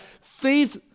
faith